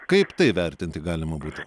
kaip tai vertinti galima būtų